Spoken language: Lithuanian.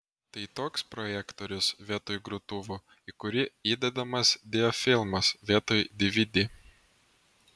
tai toks projektorius vietoj grotuvo į kurį įdedamas diafilmas vietoj dvd